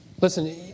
listen